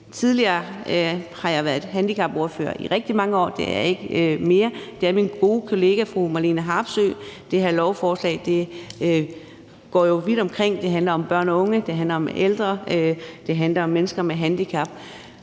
tidligere har været handicapordfører i rigtig mange år – det er jeg ikke mere – for det er min gode kollega fru Marlene Harpsøe. Det her lovforslag kommer jo vidt omkring: Det handler om børn og unge, det handler om ældre, det handler om mennesker med handicap.